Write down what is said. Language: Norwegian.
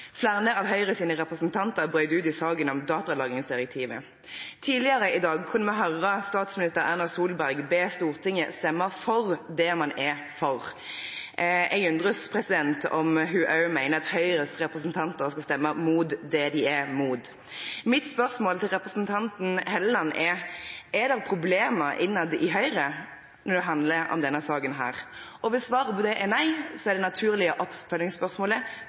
Flere av Høyres representanter brøt ut i saken om datalagringsdirektivet. Tidligere i dag kunne vi høre statsminister Erna Solberg be Stortinget stemme for det man er for. Jeg undres på om hun også mener at Høyres representanter skal stemme mot det de er mot. Mitt spørsmål til representanten Hofstad Helleland er: Er det problemer innad i Høyre når det handler om denne saken? Og hvis svaret på det er nei, er det naturlige oppfølgingsspørsmålet: Hvorfor ikke? Jeg vil berolige representanten med å